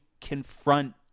confront